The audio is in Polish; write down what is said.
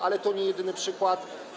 Ale to nie jedyny przykład.